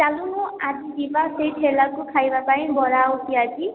ଚାଲୁନୁ ଆଜି ଯିବା ସେଇ ଠେଲା କୁ ଖାଇବାପାଇଁ ବରା ଆଉ ପିଆଜି